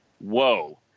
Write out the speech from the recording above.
Whoa